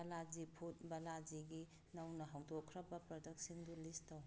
Balaji food ꯕꯥꯂꯥꯖꯤꯒꯤ ꯅꯧꯅ ꯍꯧꯗꯣꯛꯈ꯭ꯔꯕ ꯄ꯭ꯔꯗꯛꯁꯤꯡꯗꯨ ꯂꯤꯁ ꯇꯧ